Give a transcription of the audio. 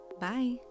Bye